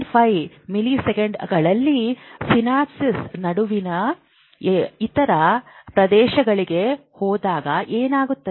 5 ಮಿಲಿಸೆಕೆಂಡುಗಳಲ್ಲಿ ಸಿನಾಪ್ಸೆಸ್ ನಡುವಿನ ಇತರ ಪ್ರದೇಶಗಳಿಗೆ ಹೋದಾಗ ಏನಾಗುತ್ತದೆ